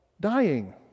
dying